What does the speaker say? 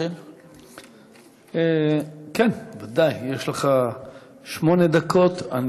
יש לך שמונה דקות.